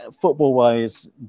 football-wise